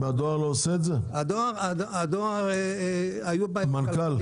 הדואר לא עושה את